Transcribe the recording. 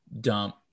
dump